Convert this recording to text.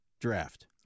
draft